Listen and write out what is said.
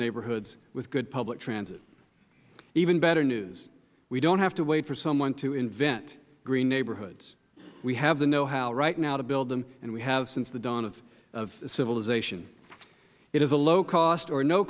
neighborhoods with good public transit even better news we don't have to wait for someone to invent green neighborhoods we have the know how right now to build them and we have since the dawn of civilization it is a low cost or